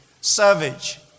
savage